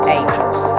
Angels